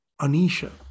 Anisha